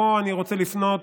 פה אני רוצה לפנות